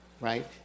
right